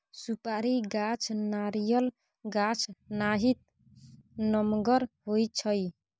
सुपारी गाछ नारियल गाछ नाहित नमगर होइ छइ